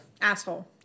Asshole